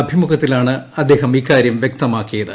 അഭിമുഖത്തിലാണ് അദ്ദേഹം ഇക്കാര്യം വ്യക്തമാക്കിയത്